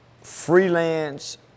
freelance